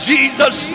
Jesus